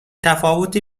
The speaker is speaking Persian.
تفاوتی